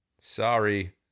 sorry